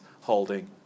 holding